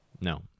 No